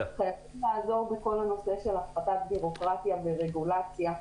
חייבים לעזור בכל הנושא של הפחתת בירוקרטיה ורגולציה.